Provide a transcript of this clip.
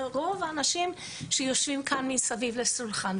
ורוב האנשים שיושבים כאן מסביב לשולחן.